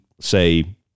say